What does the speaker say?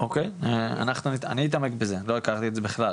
אני אתעמק בזה, לא הכרתי את זה בכלל,